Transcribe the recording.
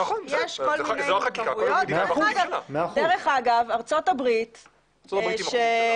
נכון זו החקיקה, כל מדינה והחוקים שלה.